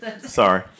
Sorry